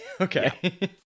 Okay